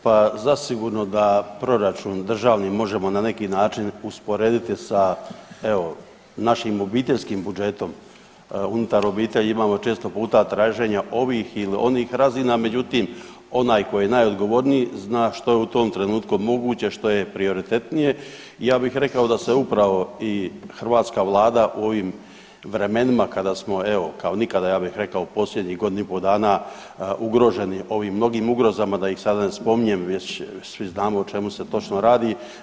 Pa zasigurno da proračun državni možemo na neki način usporediti sa evo našim obiteljskim budžetom, unutar obitelji imamo često puta traženja ovih ili onih razina međutim onaj ko je najodgovorniji zna što je u tom trenutku moguće, što je prioritetnije i ja bih rekao da se upravo i hrvatska vlada u ovim vremenima kada smo evo kao nikada ja bih rekao u posljednjih godinu i po dana ugroženi ovim mnogim ugrozama, da ih sada ne spominjem već svi znamo o čemu se točno radi.